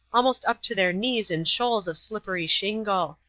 almost up to their knees in shoals of slippery shingle.